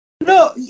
No